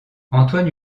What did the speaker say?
antoine